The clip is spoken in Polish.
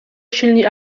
silni